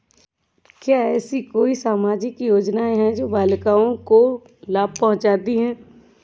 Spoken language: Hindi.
क्या ऐसी कोई सामाजिक योजनाएँ हैं जो बालिकाओं को लाभ पहुँचाती हैं?